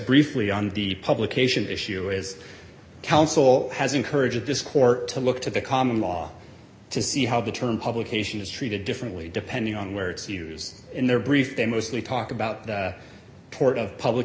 briefly on the publication issue is counsel has encouraged this court to look to the common law to see how the term publication is treated differently depending on where it's used in their brief they mostly talk about the court of public